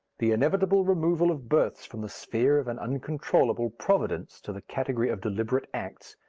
the inevitable removal of births from the sphere of an uncontrollable providence to the category of deliberate acts,